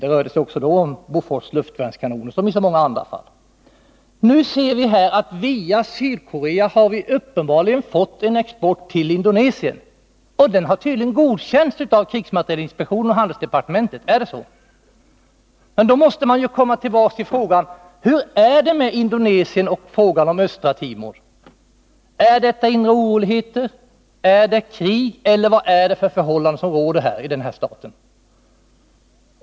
Det rörde sig då, som i så många andra fall, om Bofors luftvärnskanoner. Via Sydkorea har vi uppenbarligen fått en export till Indonesien, och denna har tydligen godkänts av krigsmaterielinspektionen och handelsdepartementet. Är det så? I så fall måste man komma tillbaka till frågan: Hur är det med Indonesien och Östra Timor? Är det inre oroligheter, är det krig eller vilka förhållanden är det i dessa stater som spelar in?